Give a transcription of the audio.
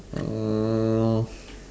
uh